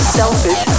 selfish